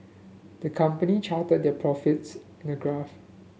the company charted their profits in a graph